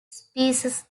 species